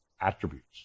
attributes